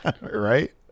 Right